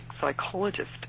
psychologist